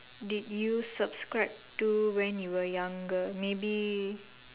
did you subscribe to when you were younger maybe